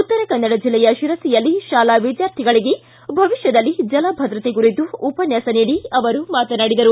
ಉತ್ತರಕನ್ನಡ ಜಿಲ್ಲೆಯ ಶಿರಸಿಯಲ್ಲಿ ಶಾಲಾ ವಿದ್ಯಾರ್ಥಿಗಳಿಗೆ ಭವಿಷ್ಕದಲ್ಲಿ ಜಲ ಭದ್ರತೆ ಕುರಿತು ಉಪನ್ಯಾಸ ನೀಡಿ ಅವರು ಮಾತನಾಡಿದರು